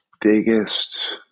biggest